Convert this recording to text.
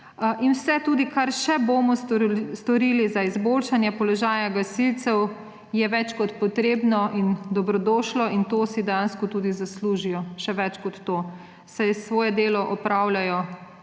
vse, kar še bomo storili za izboljšanje položaja gasilcev, je več kot potrebno in dobrodošlo in to si dejansko tudi zaslužijo. Še več kot to, saj svoje delo opravljajo